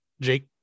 Jake